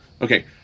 Okay